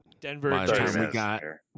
denver